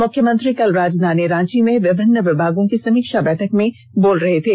मुख्यमंत्री कल राजधानी रांची में विभिन्न विभागों की समीक्षा बैठक में बोल रहे थे